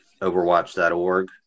Overwatch.org